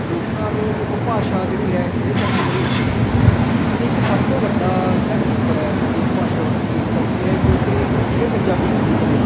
ਲੋਕਾਂ ਨੂੰ ਉਹ ਭਾਸ਼ਾ ਜਿਹੜੀ ਹੈ ਇਹਦੇ ਕਰਕੇ ਬੜੀ ਵੱਖਰੀ ਹੈ ਅਤੇ ਇੱਕ ਸਭ ਤੋਂ ਵੱਡਾ ਜਿਹੜਾ ਖੇਤਰ ਹੈ ਸਾਡੀ ਉਪਭਾਸ਼ਾ ਵੱਖਰੀ ਇਸ ਕਰਕੇ ਹੈ ਕਿਉਂਕਿ ਜਿਹੜੇ ਪੰਜਾਬੀ ਗੀਤ ਨੇ